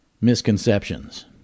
misconceptions